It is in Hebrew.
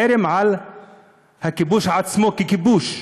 חרם על הכיבוש עצמו ככיבוש.